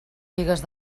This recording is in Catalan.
figues